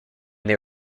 they